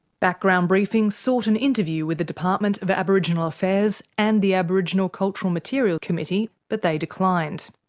background briefing sought an interview with the department of aboriginal affairs and the aboriginal cultural material committee but they declined.